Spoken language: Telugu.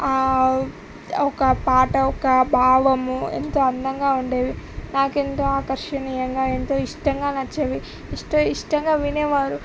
ఒక పాట ఒక భావము ఎంతో అందంగా ఉండేవి నాకెంతో ఆకర్షణీయంగా ఎంతో ఇష్టంగా నచ్చేవి ఇష్టం ఇష్టంగా వినేవారు